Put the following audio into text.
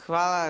Hvala.